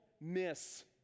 miss